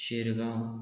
Shirgaon